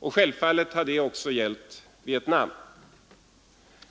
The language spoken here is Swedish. Självfallet har det också gällt Vietnam.